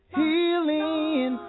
healing